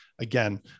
Again